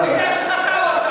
איזה השחתה הוא עשה פה.